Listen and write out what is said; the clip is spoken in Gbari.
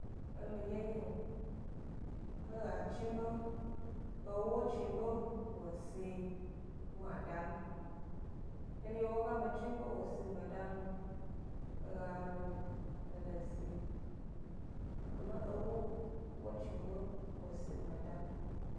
É miɗye nyio, he ga chniɓe, ewo chniɓe wo si gbmada m, eɗye ewo ga ɓe chniɓe wo si gbmada nu, he ga lo he lo si, ama ewo, wo chniɓe wo si gbmada m